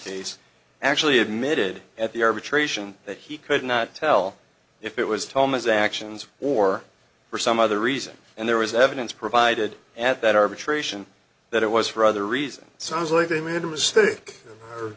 case actually admitted at the arbitration that he could not tell if it was thomas actions or for some other reason and there was evidence provided at that arbitration that it was for other reasons sounds like they made a mistake